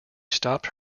stopped